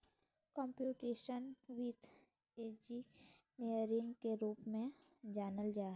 computational वित्त engineering के रूप में जानल जा हइ